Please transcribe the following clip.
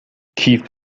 کیف